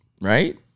right